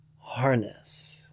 Harness